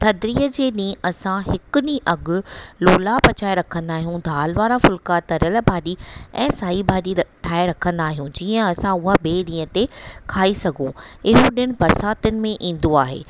थधिड़ीअ जे ॾींहुं असां हिकु ॾींहुं अॻु लोला पचाए रखंदा आहियूं दाल वारा फुलका तरियल भाॼी ऐं साई भाॼी ठाहे रखंदा आहियूं जीअं असां हूअं ॿिए ॾींहं ते खाई सघूं इहे ॾिण बरिसातियुनि में ईंदो आहे